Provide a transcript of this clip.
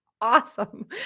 awesome